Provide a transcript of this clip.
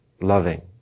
loving